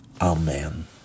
Amen